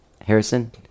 Harrison